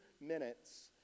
minutes